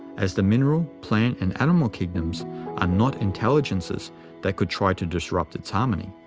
as the mineral, plant, and animal kingdoms are not intelligences that could try to disrupt its harmony.